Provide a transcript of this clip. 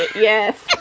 yes